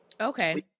Okay